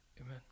Amen